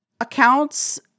accounts